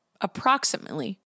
Approximately